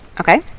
Okay